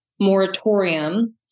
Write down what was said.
moratorium